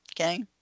okay